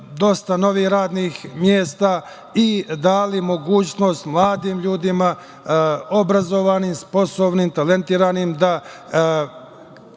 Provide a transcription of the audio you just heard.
dosta novih radnih mesta i dali mogućnost mladim ljudima, obrazovanim, sposobnim, talentovanim da